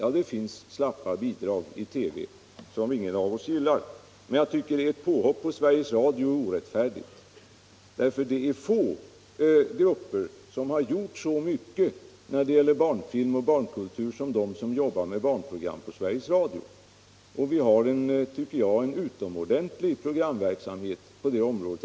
Ja, visst finns det slappa programinslag i TV som ingen av oss gillar, men jag tycker det är ett påhopp på Sveriges Radio och orätt att bara vara negativ, eftersom få grupper har gjort så mycket när det gäller barnfilm och barnkultur som de som jobbar med barnprogram på Sveriges Radio. Jag tycker vi har en utomordentligt god programverksamhet på det området.